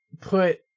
put